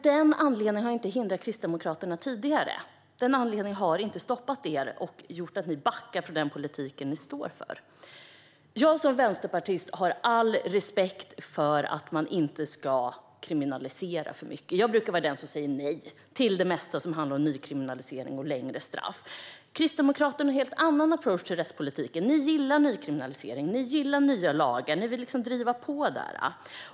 Denna anledning har dock inte hindrat Kristdemokraterna tidigare och heller inte stoppat er och gjort att ni backar från den politik som ni står för. Jag som vänsterpartist har all respekt för att man inte ska kriminalisera för mycket. Jag brukar vara den som säger nej till det mesta som handlar om nykriminalisering och längre straff. Kristdemokraterna har en helt annan approach till rättspolitiken. Ni gillar nykriminalisering och nya lagar och vill driva på där.